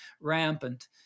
rampant